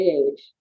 age